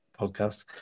podcast